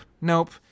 nope